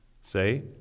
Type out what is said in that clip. Say